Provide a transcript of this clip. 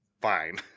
fine